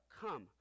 come